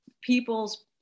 people's